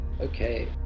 Okay